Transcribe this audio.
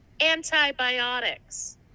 antibiotics